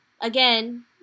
again